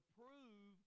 prove